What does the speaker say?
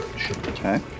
Okay